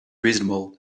reasonable